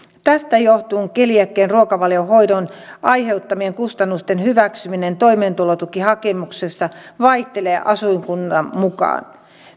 tästä johtuen keliakian ruokavaliohoidon aiheuttamien kustannusten hyväksyminen toimeentulotukihakemuksessa vaihtelee asuinkunnan mukaan